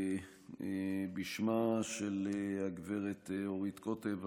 בשמה של הגב' אורית קוטב,